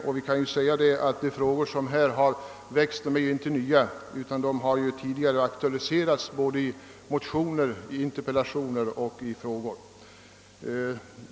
De problem det gäller är inte nya — de har tidigare aktualiserats i både motioner, interpellationer och enkla frågor.